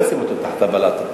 לא ישימו אותו מתחת לבלטות.